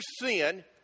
sin